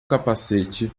capacete